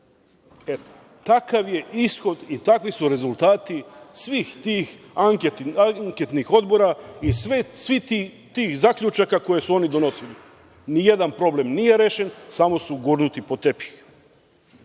E, takav je ishod i takvi su rezultati svih tih anketnih odbora i svih tih zaključaka koje su oni donosili. Ni jedan problem nije rešen, samo su gurnuti pod tepih.